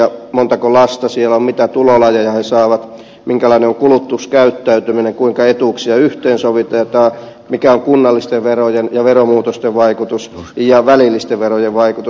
montako lasta siellä on mitä tulolajeja he saavat minkälainen on kulutuskäyttäytyminen kuinka etuuksia yhteen sovitetaan mikä on kunnallisten verojen ja veromuutosten vaikutus ja välillisten verojen vaikutus